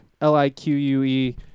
L-I-Q-U-E